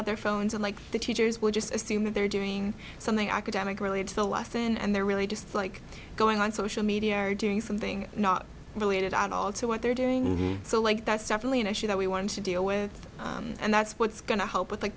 out their phones and like the teachers will just assume that they're doing something academic related to the last thing and they're really just like going on social media or doing something not related at all to what they're doing so like that's definitely an issue that we want to deal with and that's what's going to help with like